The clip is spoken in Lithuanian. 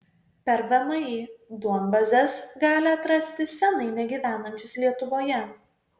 per vmi duombazes gali atrasti senai negyvenančius lietuvoje